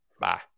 Bye